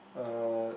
uh